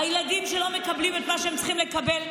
הילדים שלא מקבלים את מה שהם צריכים לקבל,